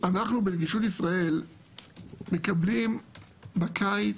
אנחנו בנישות ישראל מקבלים בקיץ